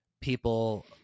People